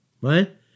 Right